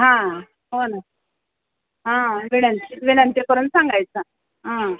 हां हो ना हां विनंती विनंती करून सांगायचं हां